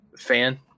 fan